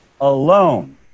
alone